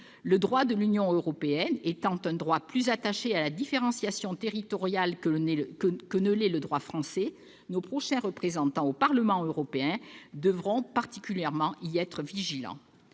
Le droit de l'Union européenne étant plus attaché à la différenciation territoriale que ne l'est le droit français, nos prochains représentants au Parlement européen devront être particulièrement vigilants